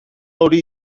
hori